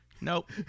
Nope